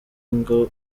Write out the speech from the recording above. ngo